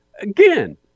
again